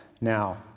now